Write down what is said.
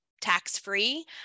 tax-free